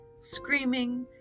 screaming